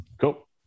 Cool